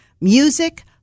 music